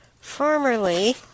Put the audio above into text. formerly